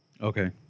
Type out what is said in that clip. Okay